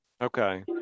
Okay